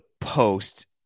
post